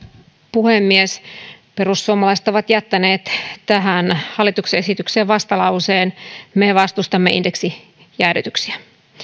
puhemies perussuomalaiset ovat jättäneet tähän hallituksen esitykseen vastalauseen me vastustamme indeksijäädytyksiä